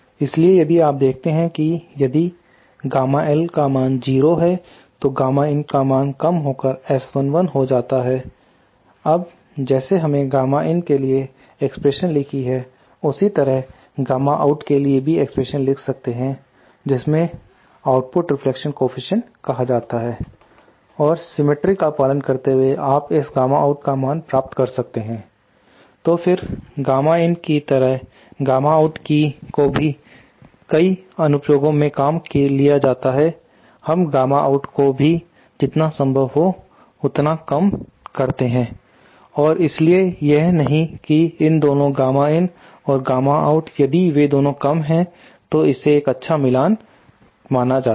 इसलिए यदि आप देखते हैं कि यदि गामा L का मान 0 है तो गामा in का मान कम होकर S11 हो जाता है अब जैसे हमने गामा in के लिए एक्सप्रेशन लिखी है उसी तरह गामा आउट के लिए भी एक्सप्रेशन लिख सकते हैं जिसे आउटपुट रिफ्लेक्शन कोफीसिएंट कहा जाता है और सिमिट्री का पालन करते हुए आप इस गामा आउट का मान प्राप्त कर सकते हैं तो फिर गामा in की तरह गामा आउट को भी कई अनुप्रयोगों में काम लिया जाता है हम गामा आउट को भी जितना संभव हो इतना कम करते हैं और इसलिए यह नहीं की इन दोनों गामा in और गामा आउट यदि वे दोनों कम है तो इसे एक अच्छा मिलान माना जाता है